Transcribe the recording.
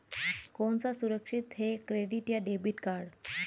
कौन सा सुरक्षित है क्रेडिट या डेबिट कार्ड?